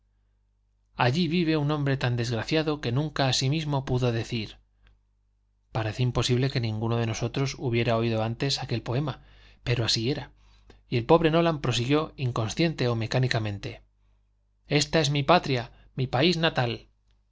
allí vive un hombre tan desgraciado que nunca a sí mismo pudo decir parece imposible que ninguno de nosotros hubiera oído antes aquel poema pero así era y el pobre nolan prosiguió inconsciente o mecánicamente ésta es mi patria mi país natal